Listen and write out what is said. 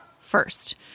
first